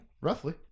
Roughly